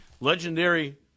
Legendary